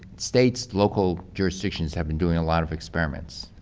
states, local jurisdictions have been doing a lot of experiments.